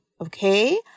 okay